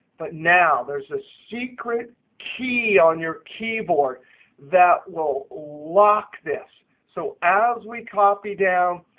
but now, there's a secret key on your keyboard that will lock this. so as we copy down,